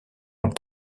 ont